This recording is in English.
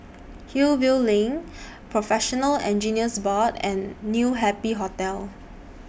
Hillview LINK Professional Engineers Board and New Happy Hotel